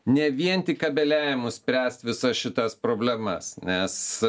ne vien tik kabeliavimu spręst visas šitas problemas nes